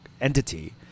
entity